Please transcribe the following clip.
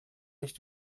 nicht